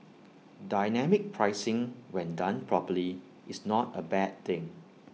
dynamic pricing when done properly is not A bad thing